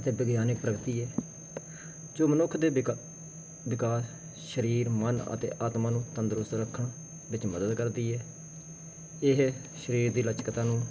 ਅਤੇ ਵਿਗਿਆਨਿਕ ਪ੍ਰਗਤੀ ਹੈ ਜੋ ਮਨੁੱਖ ਦੇ ਵਿਕਾਸ ਸਰੀਰ ਮਨ ਅਤੇ ਆਤਮਾ ਨੂੰ ਤੰਦਰੁਸਤ ਰੱਖਣ ਵਿੱਚ ਮਦਦ ਕਰਦੀ ਹੈ ਇਹ ਸਰੀਰ ਦੀ ਲਚਕਤਾ ਨੂੰ